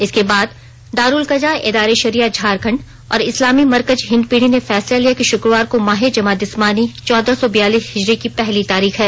इसके बाद दारूल कजा एदार ए शरिया झारखंड और इस्लामी मरकज हिन्दपीढ़ी ने फैसला लिया कि शुक्रवार को माहे जमादिस्सानी चौदह सौ बियालीस हिजरी की पहली तारीख है